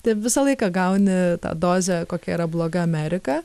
tai visą laiką gauni tą dozę kokia yra bloga amerika